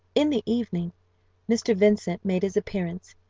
in the evening mr. vincent made his appearance.